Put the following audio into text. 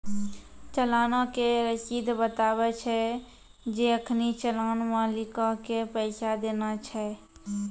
चलानो के रशीद बताबै छै जे अखनि चलान मालिको के पैसा देना छै